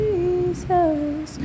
Jesus